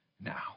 now